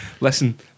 Listen